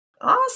Awesome